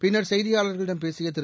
பின்னர் செய்தியாளர்களிடம் பேசிய திரு